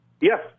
Yes